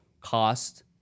cost